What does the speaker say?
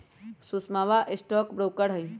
सुषमवा stock broker हई